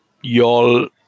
y'all